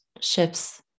shifts